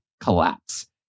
collapse